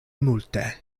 multe